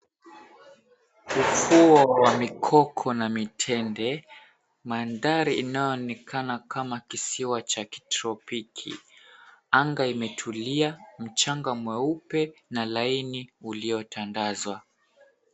Ufuo wa mikoko na mitende mandhari inayoonekana kama kisiwa cha kitropiki, anga imetulia mchanga mweupe na laini ulio tandazwa.